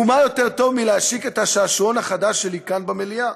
ומה יותר טוב מלהשיק את השעשועון החדש שלי כאן במליאה?